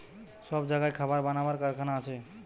সব জাগায় খাবার বানাবার কারখানা আছে